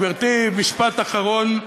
גברתי, משפט אחרון,